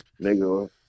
nigga